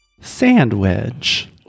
Sandwich